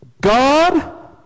God